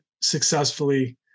successfully